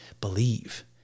believe